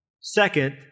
Second